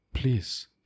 Please